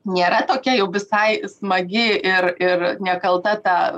nėra tokia jau visai smagi ir ir nekalta ta